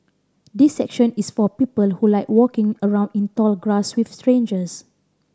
this session is for people who like walking around in tall grass with strangers